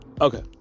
Okay